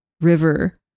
river